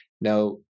Now